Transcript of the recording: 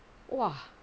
!wah!